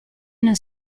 una